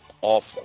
awful